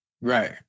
Right